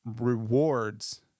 rewards